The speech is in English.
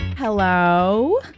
Hello